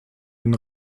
den